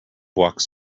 walks